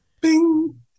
Bing